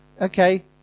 okay